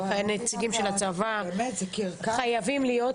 הנציגים של הצבא חייבים להיות.